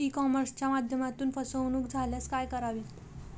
E कॉमर्सच्या माध्यमातून फसवणूक झाल्यास काय करावे?